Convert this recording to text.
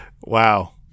Wow